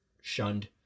shunned